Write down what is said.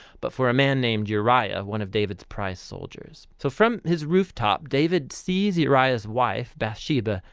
but for a man named uriah. one of david's prized soldiers. so from his rooftop david sees uriah's wife batsheba,